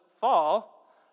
fall